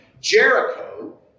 Jericho